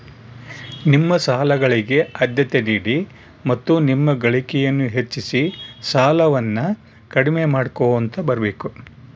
ನಿಮ್ಮ ಸಾಲಗಳಿಗೆ ಆದ್ಯತೆ ನೀಡಿ ಮತ್ತು ನಿಮ್ಮ ಗಳಿಕೆಯನ್ನು ಹೆಚ್ಚಿಸಿ ಸಾಲವನ್ನ ಕಡಿಮೆ ಮಾಡ್ಕೊಂತ ಬರಬೇಕು